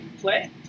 play